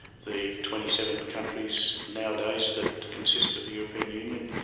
the twenty seven countries nowadays that consist of the european union,